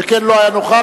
שכן לא היה נוכח,